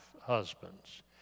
husbands